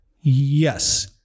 yes